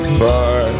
far